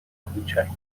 کوچک